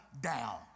down